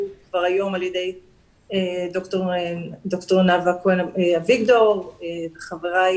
היום על ידי דוקטור נאוה כהן אביגדור וחבריי